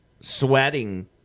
sweating